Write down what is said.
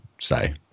say